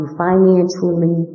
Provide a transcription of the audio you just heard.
financially